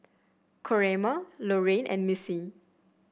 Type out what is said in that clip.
Coraima Lorrayne and Missy